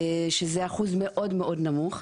שזה אחוז מאוד מאוד נמוך.